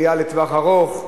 בראייה לטווח ארוך,